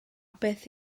beth